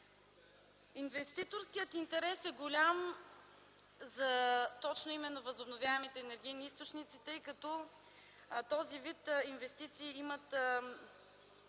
Инвеститорският интерес е голям за възобновяемите енергийни източници, тъй като този вид инвестиции имат